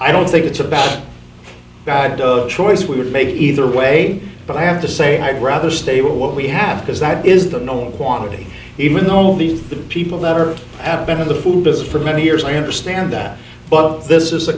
i don't think it's a bad bad choice we would make either way but i have to say i'd rather stable what we have because that is the known quantity even though only the people that are abit of the food business for many years i understand that but this is